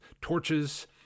torches